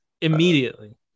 immediately